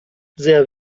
sehr